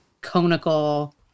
conical